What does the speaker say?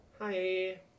Hi